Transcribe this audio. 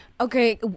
Okay